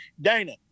dana